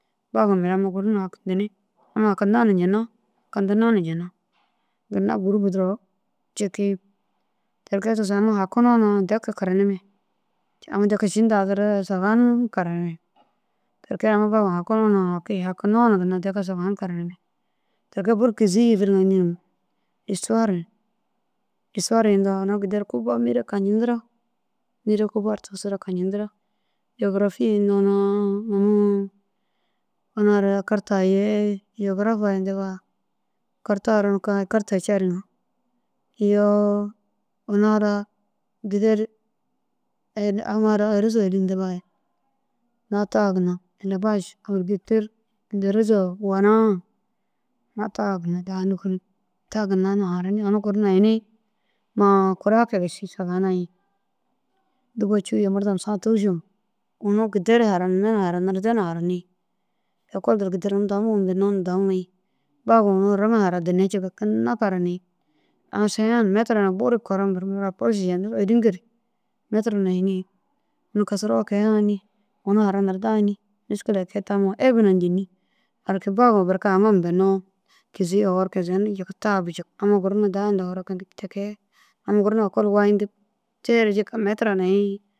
Bagu mire amma gur na hakintini amma hakinta na ñana? Hakintina na ñana? Ginna gûrubu duro ciki ti kee tigisoo amma hakinoo na deki karanime aũ deki ši nazire sahun karanime ti kee aũ bagu hakinoo na haki hakinoo na ginna deki sahun karanime ti kee bur kîzi yîdiru înni hun. Istuwar istuwar yindoo ina gederu kuba mêra kañintira mêra kuba ru tigisida kañintira. Gôgirafi yindoo na unu una ara karta ye gôgirafa yintiga karta ara ka karta ai cariŋa iyoo una ara gideru amma ôroza hilintiga êlebaj agirikîltir ôroza ye wonna ye ina ta ginna daha nûkunug ta ginna harani ini guru na hini ma kuira kege ši sahun ai dûba cûu ye murdom saã tûrusu unu gideru haranime harani ekol duro gideru ini dahu mume bênna na dahu muyi. Bagu unu iriŋa haradine jika ginna karani ãsiŋa metir na bur êgeru hini unu haranir da înni muškile ekega înni ebina ncini ayi re kee bagu berke haŋime bênno kîzi ye owor kizeni ye jika tabu ye jika amma gur na daha huntaã furakintig ti kee amma gur na ekolu wayintig tere jika metira.